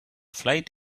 flight